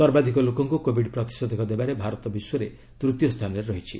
ସର୍ବାଧିକ ଲୋକଙ୍କୁ କୋବିଡ ପ୍ରତିଷେଧକ ଦେବାରେ ଭାରତ ବିଶ୍ୱରେ ତୃତୀୟ ସ୍ଥାନରେ ରହିଛି